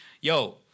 yo